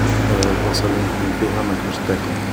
البلاص اللي نخدم فيها ماكانش طيقان